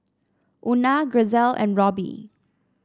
Una Grisel and Roby